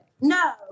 No